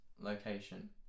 location